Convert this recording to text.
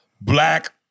black